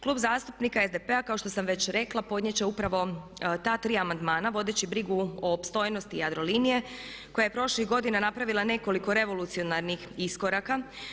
Klub zastupnika SDP-a kao što sam već rekla podnijet će upravo ta tri amandmana vodeći brigu o opstojnosti Jadrolinije koja je prošlih godina napravila nekoliko revolucionarnih iskoraka.